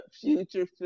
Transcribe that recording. future